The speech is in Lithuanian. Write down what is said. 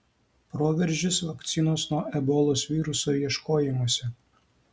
proveržis vakcinos nuo ebolos viruso ieškojimuose